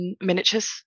miniatures